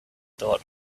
thought